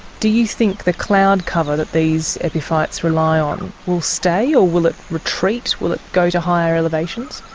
do you think the cloud cover that these epiphytes rely on will stay or will it retreat, will it go to higher elevations?